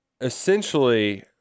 essentially